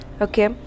Okay